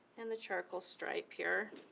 and the charcoal stripe here,